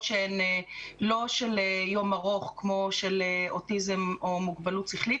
שהן לא של יום ארוך כמו של אוטיזם או מוגבלות שכלית